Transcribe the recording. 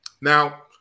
Now